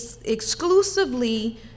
exclusively